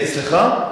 סליחה?